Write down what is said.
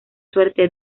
suerte